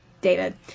David